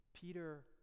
Peter